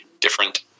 different